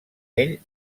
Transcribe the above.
ell